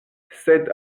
sed